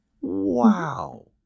wow